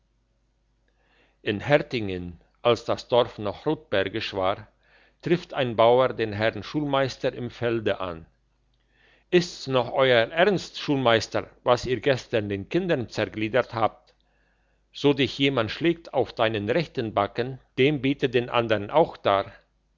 in hertingen als das dorf noch rottbergisch war trifft ein bauer den herrn schulmeister im felde an ist's noch euer ernst schulmeister was ihr gestern den kindern zergliedert habt so dich jemand schlägt auf deinen rechten backen dem biete den andern auch dar